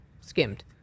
skimmed